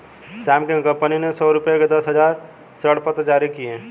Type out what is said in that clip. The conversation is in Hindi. श्याम की कंपनी ने सौ रुपये के दस हजार ऋणपत्र जारी किए